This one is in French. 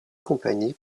company